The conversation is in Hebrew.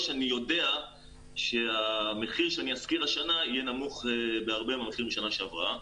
אני יודע שהמחיר שאני אשכיר השנה יהיה נמוך בהרבה מהמחיר שנה שעברה.